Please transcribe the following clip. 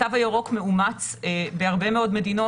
התו הירוק מאומץ בהרבה מאוד מדינות.